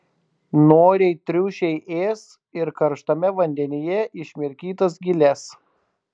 noriai triušiai ės ir karštame vandenyje išmirkytas giles